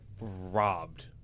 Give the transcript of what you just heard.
robbed